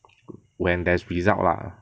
when there's result lah